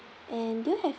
and do you have